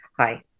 hi